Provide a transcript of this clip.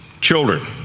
children